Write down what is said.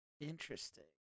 Interesting